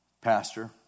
pastor